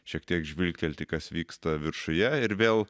šiek tiek žvilgtelti kas vyksta viršuje ir vėl